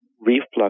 reflux